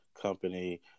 company